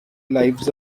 lives